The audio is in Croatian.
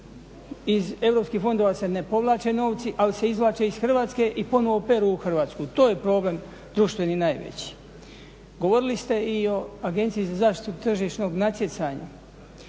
Iz europskih fondova se ne povlače novci, ali se izvlače iz Hrvatske i ponovo peru u Hrvatsku, to je problem društveni najveći. Govorili ste i o AZTN-u i vrlo negativno